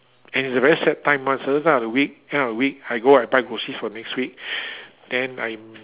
and it is a very set time one certain time of the week end of the week I go and buy groceries for next week then I'm